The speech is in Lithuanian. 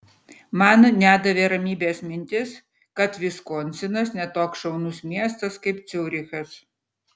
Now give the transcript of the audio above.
man nedavė ramybės mintis kad viskonsinas ne toks šaunus miestas kaip ciurichas